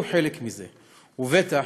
עד הסוף,